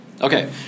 Okay